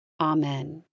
Amen